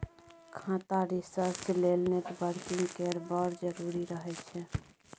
खाता रिसर्च लेल नेटवर्किंग केर बड़ जरुरी रहय छै